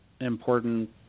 important